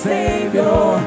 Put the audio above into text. Savior